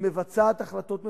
היא מבצעת החלטות ממשלה.